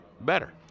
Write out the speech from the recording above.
better